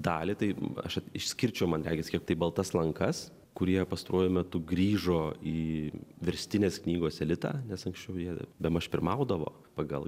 dalį tai aš išskirčiau man regis kiek tai baltas lankas kurie pastaruoju metu grįžo į verstinės knygos elitą nes anksčiau jie bemaž pirmaudavo pagal